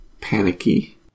panicky